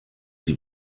sie